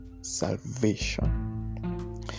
salvation